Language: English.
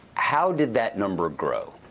how did that number grow?